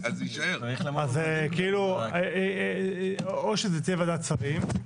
אז כאילו או שזה יצא ועדת שרים.